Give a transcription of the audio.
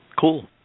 Cool